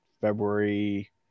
February